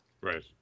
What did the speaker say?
Right